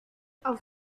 auf